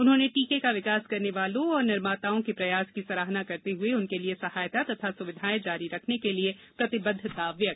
उन्होंने टीके का विकास करने वालों और निर्माताओं के प्रयास की सराहना करते हुए इनके लिए सहायता तथा सुविधाएं जारी रखने के लिए प्रतिबद्वता व्यक्त की